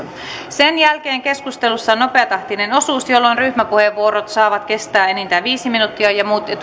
sen jälkeen keskustelussa on nopeatahtinen osuus jolloin ryhmäpuheenvuorot saavat kestää enintään viisi minuuttia ja muut etukäteen varatut puheenvuorot enintään viisi minuuttia